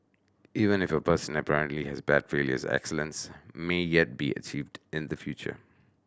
even if a person apparently has bad failures excellence may yet be achieved in the future